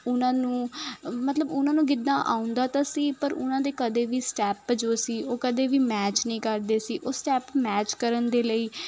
ਉਹਨਾਂ ਨੂੰ ਮਤਲਬ ਉਹਨਾਂ ਨੂੰ ਗਿੱਧਾ ਆਉਂਦਾ ਤਾਂ ਸੀ ਪਰ ਉਹਨਾਂ ਦੇ ਕਦੇ ਵੀ ਸਟੈਪ ਜੋ ਸੀ ਉਹ ਕਦੇ ਵੀ ਮੈਚ ਨਹੀਂ ਕਰਦੇ ਸੀ ਉਹ ਸਟੈਪ ਮੈਚ ਕਰਨ ਦੇ ਲਈ